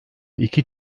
iki